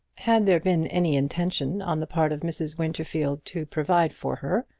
had there been any intention on the part of mrs. winterfield to provide for her,